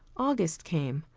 august came,